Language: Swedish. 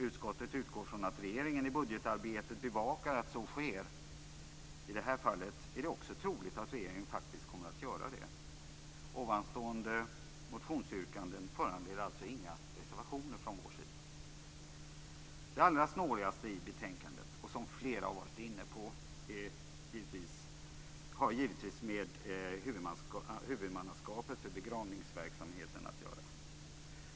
Utskottet utgår från att regeringen i budgetarbetet bevakar att så sker. I det här fallet är det också troligt att regeringen faktiskt kommer att göra det. Ovanstående motionsyrkanden föranleder alltså inga reservationer från vår sida. Det allra snårigaste i betänkandet, och som flera har varit inne på, har givetvis med huvudmannaskapet för begravningsverksamheten att göra.